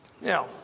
Now